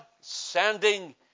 sending